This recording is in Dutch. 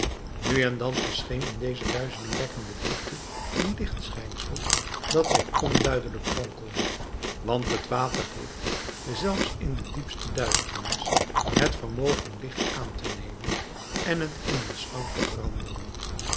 nu en dan verscheen in deze duizelingwekkende diepte een lichtschijnsel dat zich onduidelijk kronkelde want het water heeft zelfs in de diepste duisternis het vermogen licht aan te nemen en het in een slang te veranderen